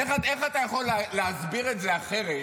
איך אתה יכול להסביר את זה אחרת,